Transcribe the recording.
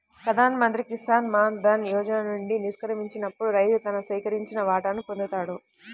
ప్రధాన్ మంత్రి కిసాన్ మాన్ ధన్ యోజన నుండి నిష్క్రమించినప్పుడు రైతు తన సేకరించిన వాటాను పొందుతాడు